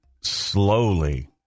slowly